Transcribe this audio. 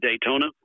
Daytona